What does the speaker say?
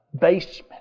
basement